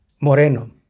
Moreno